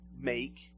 make